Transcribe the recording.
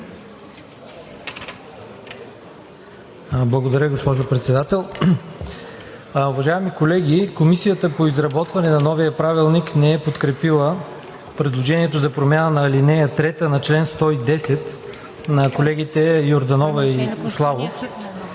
Благодаря, госпожо Председател. Уважаеми колеги! Комисията по изработване на новия правилник не е подкрепила предложението за промяна на ал. 3 на чл. 110 на колегите Йорданова и Славов.